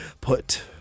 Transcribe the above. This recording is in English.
put